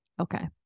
Okay